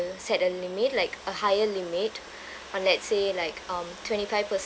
set a limit like a higher limit uh let's say like um twenty five percent